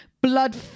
blood